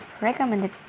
recommended